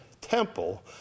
temple